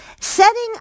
setting